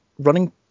Running